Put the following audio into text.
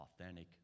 authentic